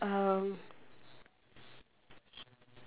um